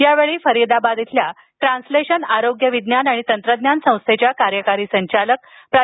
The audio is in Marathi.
यावेळी फरिदाबाद इथल्या ट्रान्सलेशनल आरोग्य विज्ञान आणि तंत्रज्ञान संस्थेच्या कार्यकारी संचालक प्रा